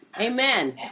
Amen